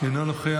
אינו נוכח,